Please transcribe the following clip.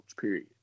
Period